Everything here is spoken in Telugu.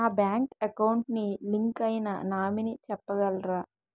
నా బ్యాంక్ అకౌంట్ కి లింక్ అయినా నామినీ చెప్పగలరా?